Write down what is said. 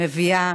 מביאה